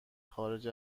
خارج